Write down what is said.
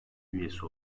üyesi